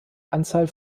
anzahl